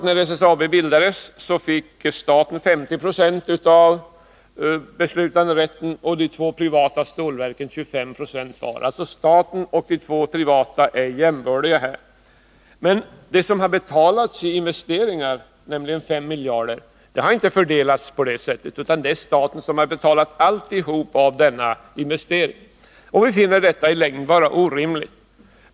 När SSAB bildades fick staten 50 20 av beslutanderätten och de två privata stålverken 25 96 var. Staten och de två privata stålverken är här alltså jämbördiga. Men de fem miljarder som har betalats till investeringar har inte fördelats på det sättet, utan staten har betalat hela denna sätsning. Vi finner detta vara i längden orimligt.